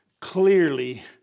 clearly